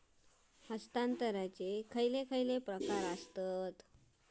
हस्तांतराचे खयचे खयचे प्रकार आसत?